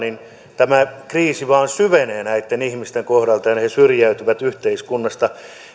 tämä kriisi vain syvenee näitten ihmisten kohdalta ja he syrjäytyvät yhteiskunnasta